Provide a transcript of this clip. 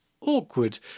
awkward